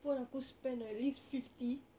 pun aku spend at least fifty